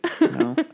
No